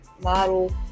model